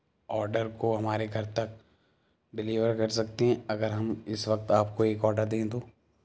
order کو ہمارے گھر تک ڈلیور کر سکتے ہیں اگر ہم اس وقت آپ کو ایک آڈر دیں تو